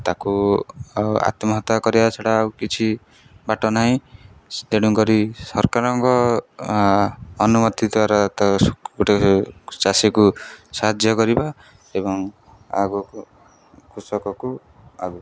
ତାକୁ ଆଉ ଆତ୍ମହତ୍ୟା କରିବା ଛଡ଼ା ଆଉ କିଛି ବାଟ ନାହିଁ ତେଣୁ କରି ସରକାରଙ୍କ ଅନୁମତି ଦ୍ୱାରା ଗୋଟେ ଚାଷୀକୁ ସାହାଯ୍ୟ କରିବ ଏବଂ ଆଗକୁ କୃଷକକୁ ଆଗକୁ